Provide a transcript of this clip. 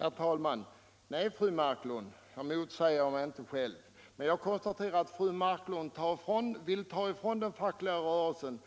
Herr talman! Nej, fru Marklund, jag motsäger inte mig själv. Men jag konstaterar att fru Marklund vill ta ifrån den fackliga rörelsen